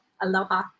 Aloha